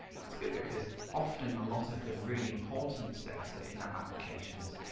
that's good because often a lot of the really important data in our applications,